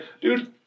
dude